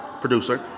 producer